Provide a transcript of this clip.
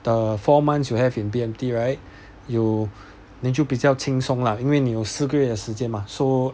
the four months you have in B_M_T right you 你就比较轻松啦因为你有四个月的时间 mah so